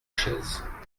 chaises